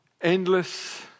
endless